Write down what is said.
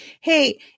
Hey